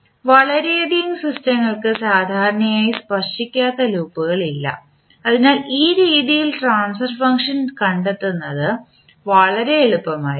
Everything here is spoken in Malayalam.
വളരെയധികം സിസ്റ്റങ്ങൾക്ക് സാധാരണയായി സ്പർശിക്കാത്ത ലൂപ്പുകൾ ഇല്ല അതിനാൽ ഈ രീതിയിൽ ട്രാൻസ്ഫർ ഫംഗ്ഷൻ കണ്ടെത്തുന്നത് വളരെ എളുപ്പമായിരിക്കും